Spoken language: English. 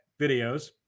videos